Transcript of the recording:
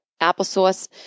applesauce